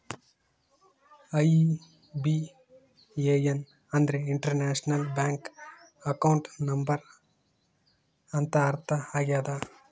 IBAN ಅಂದ್ರೆ international bank account number ಅಂತ ಅರ್ಥ ಆಗ್ಯದ